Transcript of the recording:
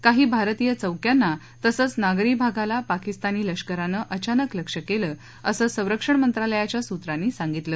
काही भारतीय चौक्यांना तसंच नागरी भागाला पाकिस्तानी लष्करानं अचानक लक्ष्य केलं असं संरक्षण मंत्रालयाच्या सुत्रांनी सांगितलं